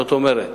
זאת אומרת,